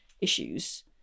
issues